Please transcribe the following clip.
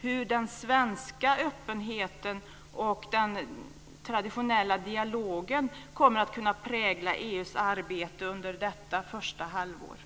hur den svenska öppenheten och den traditionella dialogen kommer att kunna prägla EU:s arbete under detta första halvår.